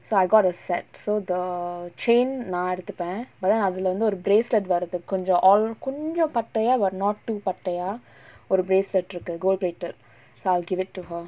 so I got a set so the chain நா எடுத்துப்ப:naa eduthuppa but then அதுல வந்து ஒரு:athula vanthu oru bracelet வருது கொஞ்சோ:varuthu konjo all கொஞ்சோ பட்டயா:konjo pattayaa but not too பட்டயா ஒரு:pattayaa oru bracelet இருக்கு:irukku gold plated so I'll give it to her